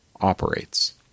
operates